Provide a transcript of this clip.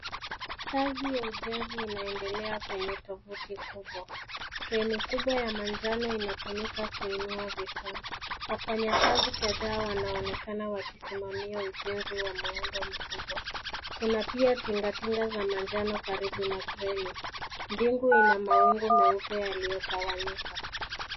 Kazi ya ujenzi inaendelea kwenye tovuti kubwa. Kreni kubwa ya manjano inatumika kuinua vifaa. Wafanyikazi kadhaa wanaonekana wakisimamia ujenzi wa muundo mkubwa. Kuna pia tingatinga za manjano karibu na kreni. Mbingu ina mawingu meupe yaliyotawanyika.